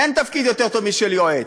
אין תפקיד טוב יותר משל יועץ.